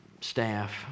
staff